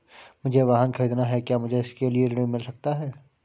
मुझे वाहन ख़रीदना है क्या मुझे इसके लिए ऋण मिल सकता है?